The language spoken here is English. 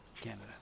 Canada